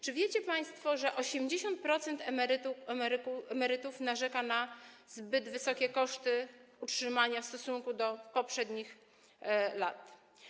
Czy wiecie państwo, że 80% emerytów narzeka na zbyt wysokie koszty utrzymania w stosunku do poprzednich lat?